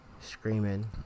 screaming